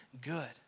Good